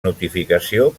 notificació